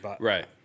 Right